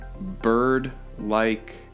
bird-like